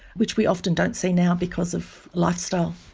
which we often don't see now because of lifestyle.